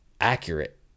accurate